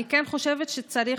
אני כן חושבת שצריך,